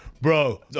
bro